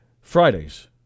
Fridays